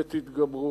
ותתגברו,